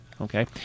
Okay